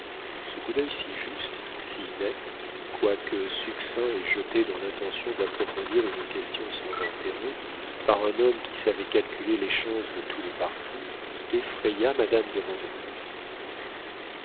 ce coup d'œil si juste si net quoique succinct et jeté dans l'intention d'approfondir une question sans intérêt par un homme qui savait calculer les chances de tous les partis effraya madame de vandenesse